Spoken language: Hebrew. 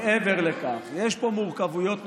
מעבר לכך, יש פה מורכבויות נוספות,